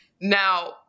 Now